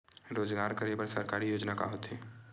रोजगार करे बर सरकारी योजना का का होथे?